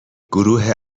گروه